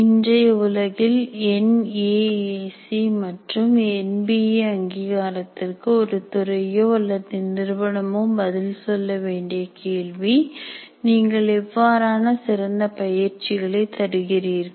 இன்றைய உலகில் N A A C மற்றும் என் பி ஏ அங்கீகாரத்திற்கு ஒரு துறையோ அல்லது நிறுவனமோ பதில் சொல்ல வேண்டிய கேள்வி நீங்கள் எவ்வாறான சிறந்த பயிற்சிகளை தருகிறீர்கள்